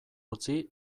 utzi